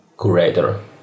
curator